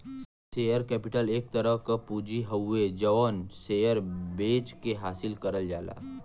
share capital एक तरह क पूंजी हउवे जौन शेयर बेचके हासिल करल जाला